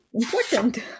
Important